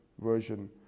version